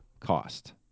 Cost